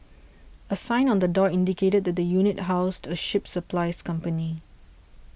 a sign on the door indicated that the unit housed a ship supplies company